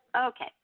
okay